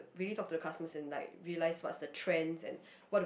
really talk to the customers and like realize what's the trend and